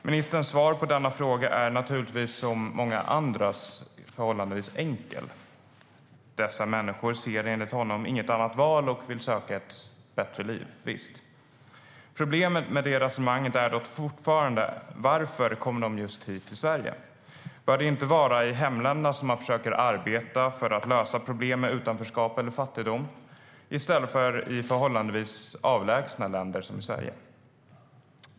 Ministerns svar på denna fråga är precis som många andras ganska enkelt: Dessa människor ser enligt honom inget annat val och vill söka ett bättre liv. Visst, men problemet med det resonemanget är dock fortfarande: Varför kommer de just till Sverige? Bör det inte vara i hemländerna som man försöker arbeta för att lösa problem med utanförskap eller fattigdom i stället för i förhållandevis avlägsna länder som Sverige?